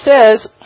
says